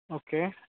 okay